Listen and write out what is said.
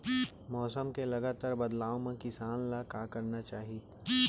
मौसम के लगातार बदलाव मा किसान ला का करना चाही?